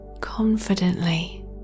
confidently